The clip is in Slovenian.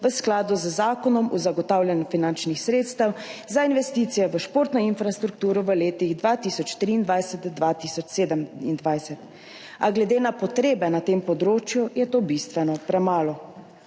v skladu z Zakonom o zagotavljanju finančnih sredstev za investicije v športno infrastrukturo v Republiki Sloveniji v letih od 2023 do 2027, a glede na potrebe na tem področju je to bistveno premalo.